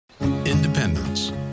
Independence